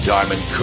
Diamond